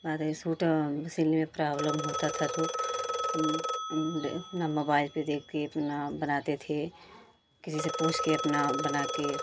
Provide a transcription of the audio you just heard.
अरे सूट सिलने में प्राब्लम होता था तो हम अपना मोबाइल पर देख कर अपना बनाते थे किसी से पूछ कर अपना बना कर